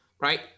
right